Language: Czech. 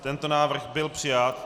Tento návrh byl přijat.